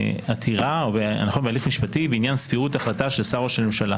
בעתירה או בהליך משפטי בעניין סבירות החלטה של שר או של ממשלה